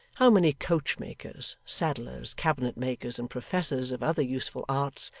how many coachmakers, saddlers, cabinet-makers, and professors of other useful arts,